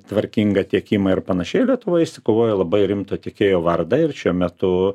tvarkingą tiekimą ir panašiai lietuva išsikovojo labai rimto tiekėjo vardą ir šiuo metu